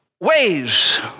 Ways